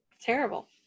terrible